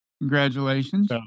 Congratulations